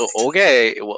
Okay